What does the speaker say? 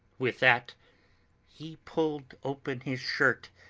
with that he pulled open his shirt,